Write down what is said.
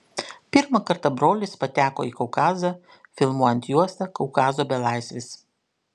pirmą kartą brolis pateko į kaukazą filmuojant juostą kaukazo belaisvis